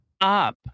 up